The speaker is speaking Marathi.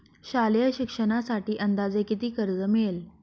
शालेय शिक्षणासाठी अंदाजे किती कर्ज मिळेल?